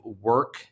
work